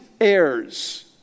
heirs